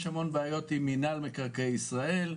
יש המון בעיות עם מינהל מקרקעי ישראל,